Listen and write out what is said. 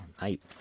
night